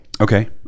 Okay